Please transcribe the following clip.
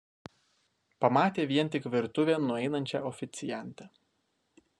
pamatė vien tik virtuvėn nueinančią oficiantę